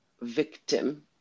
victim